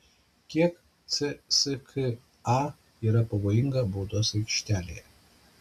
kiek cska yra pavojinga baudos aikštelėje